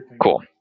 cool